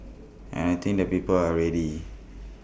and I think the people are ready